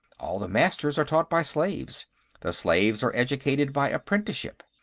all the masters are taught by slaves the slaves are educated by apprenticeship.